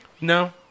No